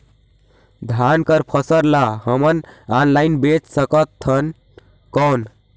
धान कर फसल ल हमन ऑनलाइन बेच सकथन कौन?